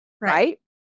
Right